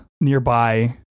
Nearby